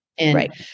Right